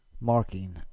marking